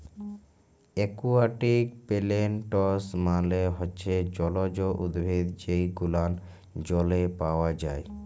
aquatic plants মালে হচ্যে জলজ উদ্ভিদ যে গুলান জলে পাওয়া যায়